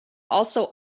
also